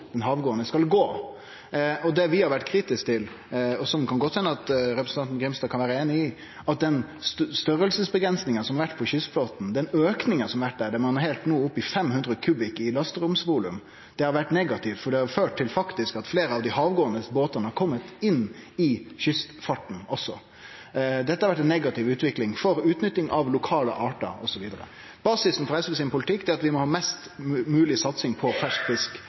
den havgåande skal gå. Det vi har vore kritiske til – og som det godt kan hende at representanten Grimstad kan vere einig i – er den storleiksavgrensinga som har vore på kystflåten, den auken som har vore der. Der er ein no heilt oppe i 500 kubikk i lasteromsvolum, og det har vore negativt, for det har faktisk ført til at fleire av dei havgåande båtane har kome inn i kystfarten også. Dette har vore ei negativ utvikling for utnytting av lokale artar, osv. Basisen for politikken til SV er at vi må ha mest mogleg satsing på